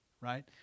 right